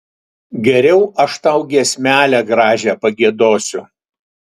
geriau aš tau giesmelę gražią pagiedosiu